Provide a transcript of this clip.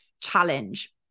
challenge